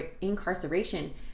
incarceration